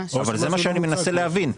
אבל זה מה שאני מנסה להבין.